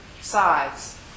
sides